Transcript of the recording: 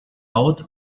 out